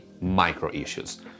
micro-issues